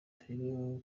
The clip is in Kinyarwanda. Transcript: turimo